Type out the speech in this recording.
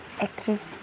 actress